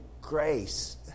grace